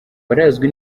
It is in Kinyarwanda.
birazwi